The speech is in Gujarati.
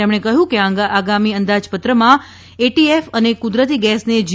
તેમણે કહ્યું કે આગામી અંદાજપત્રમાં એટીએફ અને કુદરતી ગેસને જી